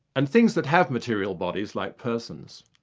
and things that have material bodies, like persons,